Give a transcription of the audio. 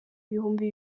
ibihumbi